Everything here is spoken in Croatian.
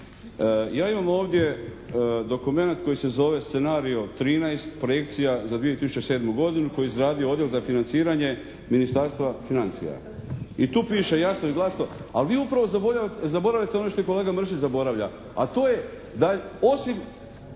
Ja imam ovdje dokumenat koji se zove scenarijo 13, projekcija za 2007. godinu koji je izradio Odjel za financiranje Ministarstva financija. I tu piše jasno i glasno, ali vi upravo zaboravljate ono što i kolega Mršić zaboravlja a to je da osim